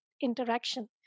interaction